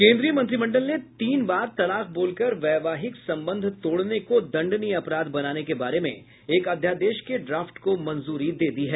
केन्द्रीय मंत्रिमंडल ने तीन बार तलाक बोलकर वैवाहिक संबंध तोड़ने को दंडनीय अपराध बनाने के बारे में एक अध्यादेश के ड्राफ्ट को मंजूरी दे दी है